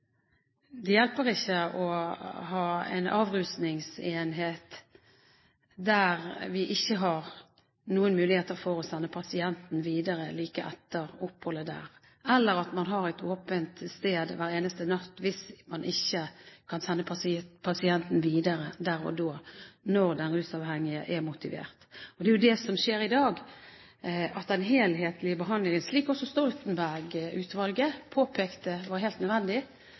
Det hjelper ikke å ha en avrusningsenhet om vi ikke har mulighet for å sende pasienten videre like etter oppholdet der, eller å ha et åpent sted hver eneste natt hvis man ikke kan sende pasienten videre der og da, når den rusavhengige er motivert. Det er jo det som skjer i dag, at den helhetlige behandlingen – som også Stoltenberg-utvalget påpekte var helt nødvendig